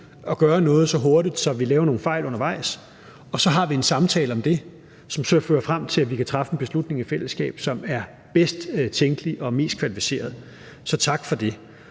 at gøre noget så hurtigt, at vi laver nogle fejl undervejs, så har vi en samtale om det, som så fører frem til, at vi kan træffe en beslutning i fællesskab, som er bedst tænkelig og mest kvalificeret. Så tak for det.